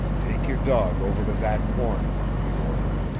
take your dog over to that corner, he ordered,